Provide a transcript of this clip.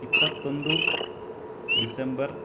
ಇಪ್ಪತ್ತೊಂದು ಡಿಸೆಂಬರ್